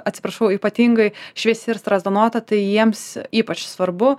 atsiprašau ypatingai šviesi ir strazdanota tai jiems ypač svarbu